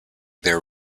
their